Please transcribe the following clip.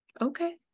Okay